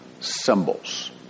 symbols